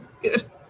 good